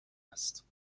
است